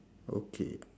okay